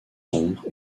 sombres